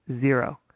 zero